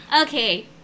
Okay